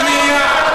שנייה,